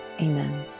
Amen